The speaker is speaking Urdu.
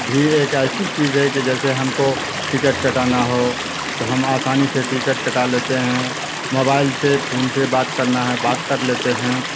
بھی ایک ایسی چیز ہے کہ جیسے ہم کو ٹکٹ کٹانا ہو تو ہم آسانی سے ٹکٹ کٹا لیتے ہیں موبائل سے فون سے بات کرنا ہے بات کر لیتے ہیں